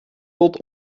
tot